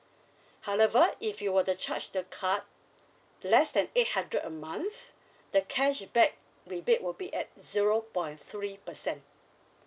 however if you were the charge the card less than eight hundred a month the cashback rebate will be at zero point three percent